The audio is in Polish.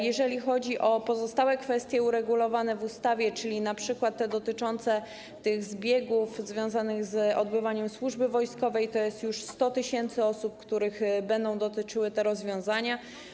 Jeżeli chodzi o pozostałe kwestie uregulowane w ustawie, czyli np. te dotyczące zbiegów związanych z odbywaniem służby wojskowej, to jest już 100 tys. osób, których będą dotyczyły te rozwiązania.